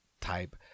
type